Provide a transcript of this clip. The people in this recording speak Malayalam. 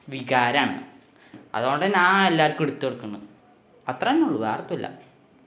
വികാരമാണ് അതുകൊണ്ട് ഞാന് എല്ലാവര്ക്കും എടുത്തുകൊടുക്കുന്നു അത്രതന്നെയേ ഉള്ളൂ വേറൊത്തുല്ല